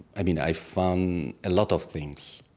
i mean, i found a lot of things.